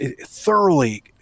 thoroughly